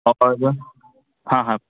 और हाँ हाँ